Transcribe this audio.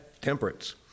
temperance